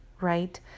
right